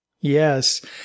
Yes